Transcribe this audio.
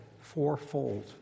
fourfold